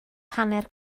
hanner